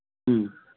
ꯎꯝ